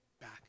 back